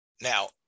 Now